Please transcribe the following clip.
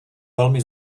velmi